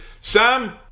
Sam